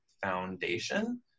foundation